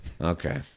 okay